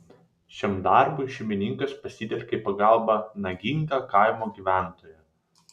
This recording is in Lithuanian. šiam darbui šeimininkas pasitelkė į pagalbą nagingą kaimo gyventoją